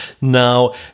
Now